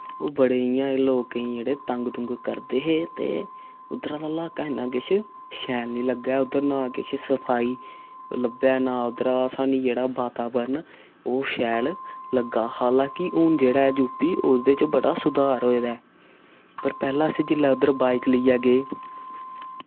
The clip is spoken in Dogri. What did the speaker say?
ओह् बड़े इ'यां लोकें जेह्ड़े तंग तुंग करदे हे ते उद्धरा दा लाका इ'यां किश शैल निं लग्गेआ उद्धर ना किश सफाई लब्भै ना उद्धर दा साह्नूं जेह्ड़ा वातावरण ओह् शैल लग्गा हालांकि हून जेह्ड़ा ऐ यूपी ओह्दे च बड़ा सुधर होए दा ऐ पर पैह्लें अस जेल्लै उद्धर बाइक लेइयै गे